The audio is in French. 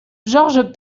georges